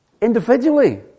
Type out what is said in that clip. individually